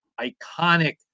iconic